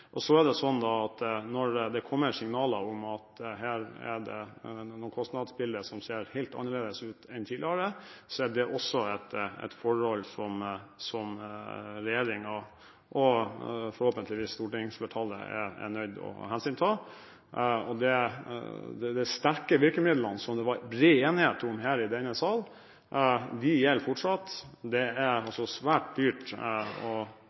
Når det så kommer signaler om at det er noen kostnadsbilder som ser helt annerledes ut enn tidligere, er det et forhold som regjeringen og forhåpentligvis stortingsflertallet er nødt til å hensynta. De sterke virkemidlene som det var bred enighet om her i denne sal, gjelder fortsatt. Det er svært dyrt